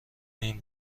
این